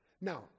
Now